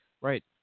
Right